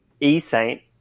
E-Saint